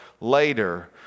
later